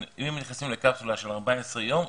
אם הם נכנסים לקפסולה של 14 יום,